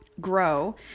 grow